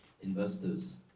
investors